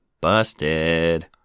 Busted